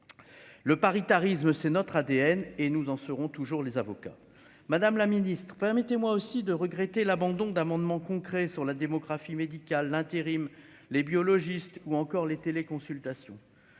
le paritarisme, c'est notre ADN, et nous en serons toujours les avocats, Madame la Ministre, permettez-moi aussi de regretter l'abandon d'amendements concret sur la démographie médicale, l'intérim, les biologistes ou encore les téléconsultations